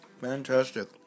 fantastic